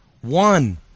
One